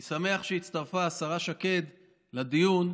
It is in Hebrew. אני שמח שהצטרפה השרה שקד לדיון,